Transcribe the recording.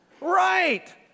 Right